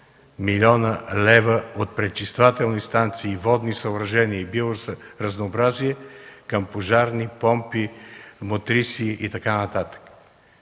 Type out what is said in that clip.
милиона лева от пречиствателни станции, водни съоръжения и биоразнообразие към пожарни, помпи, мотриси и т.н.